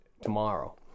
tomorrow